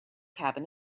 cabin